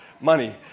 money